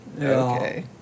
Okay